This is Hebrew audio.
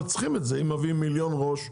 אבל צריכים את זה עם מביאים מיליון ראש.